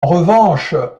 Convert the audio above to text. revanche